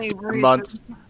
months